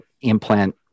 implant